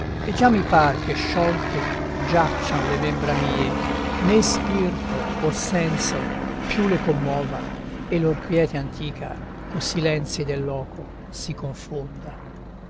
e già mi par che sciolte giaccian le membra mie né spirto o senso più le commova e lor quiete antica co silenzi del loco si confonda